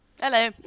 Hello